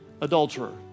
adulterer